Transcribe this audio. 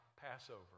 Passover